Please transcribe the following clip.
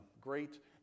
great